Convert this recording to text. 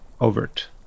overt